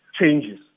changes